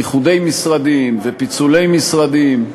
איחודי משרדים ופיצולי משרדים.